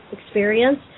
experience